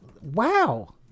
Wow